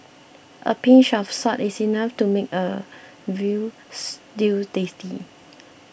a pinch of salt is enough to make a Veal Stew tasty